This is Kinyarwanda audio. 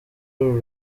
uru